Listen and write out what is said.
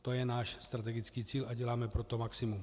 To je náš strategický cíl a děláme pro to maximum.